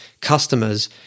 customers